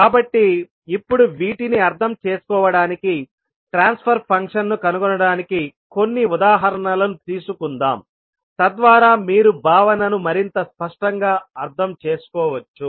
కాబట్టి ఇప్పుడు వీటిని అర్థం చేసుకోవడానికి ట్రాన్స్ఫర్ ఫంక్షన్ను కనుగొనడానికి కొన్ని ఉదాహరణలను తీసుకుందాం తద్వారా మీరు భావనను మరింత స్పష్టంగా అర్థం చేసుకోవచ్చు